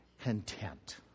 content